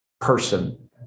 person